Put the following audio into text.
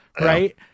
right